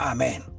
Amen